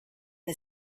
the